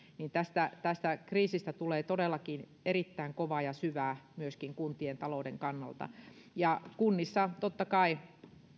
niin tästä tästä kriisistä tulee todellakin erittäin kova ja syvä myöskin kuntien talouden kannalta kunnissa totta kai